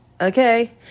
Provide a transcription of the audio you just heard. okay